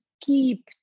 keep